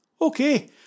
Okay